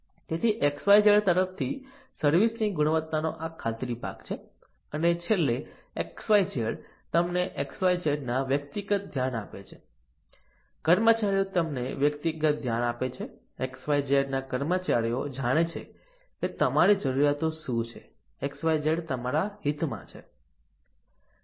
તેથી XYZ તરફથી service ની ગુણવત્તાનો આ ખાતરી ભાગ છે અને છેલ્લે XYZ તમને XYZ ના વ્યક્તિગત ધ્યાન આપે છે કર્મચારીઓ તમને વ્યક્તિગત ધ્યાન આપે છે XYZ ના કર્મચારીઓ જાણે છે કે તમારી જરૂરિયાતો શું છે XYZ તમારા હિતમાં છે